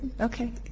Okay